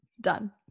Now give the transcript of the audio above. Done